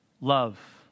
love